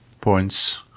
points